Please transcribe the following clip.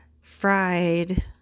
fried